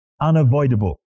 unavoidable